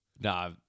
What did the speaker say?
Nah